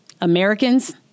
Americans